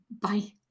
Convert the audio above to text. Bye